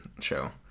show